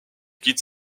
quitte